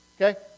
Okay